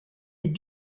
est